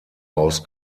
aus